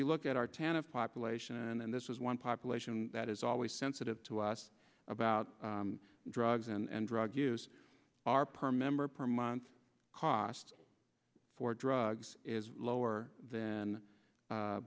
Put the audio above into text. you look at our town of population and this is one population that is always sensitive to us about drugs and drug use are per member per month cost for drugs is lower than